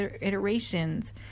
iterations